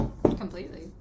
completely